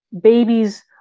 babies